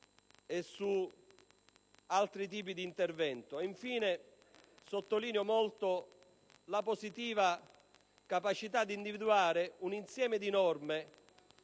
e su altri tipi di intervento. Infine, sottolineo la positiva capacità di individuare un insieme di norme